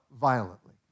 violently